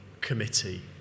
Committee